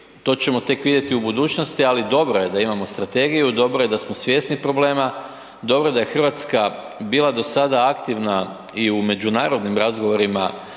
to ćemo tek vidjeti u budućnosti, ali dobro je da imamo strategiju, dobro je da smo svjesni problema, dobro je da je RH bila do sada aktivna i u međunarodnim razgovorima